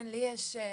כן, לי יש אחת.